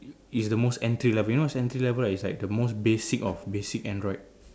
is the most entry level you know what's entry level is like the most basic of basic Android